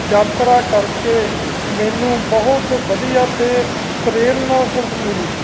ਯਾਤਰਾ ਕਰਕੇ ਮੈਨੂੰ ਬਹੁਤ ਵਧੀਆ ਅਤੇ ਪ੍ਰੇਰਨਾ ਕ ਮਿਲੀ